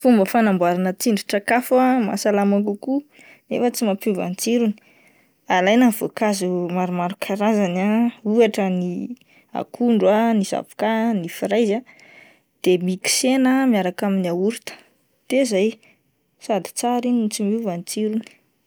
Fomba fanamboarana tsindrin-tsakafo mahasalama kokoa nefa tsy mampiova ny tsirony, alaina ny voankazo maromaro karazany ah ohatra ny akondro, ny zavoka, ny fraizy ah, de miksena miaraka amin'ny yaorta de zay, sady tsara iny no tsy miova ny tsirony.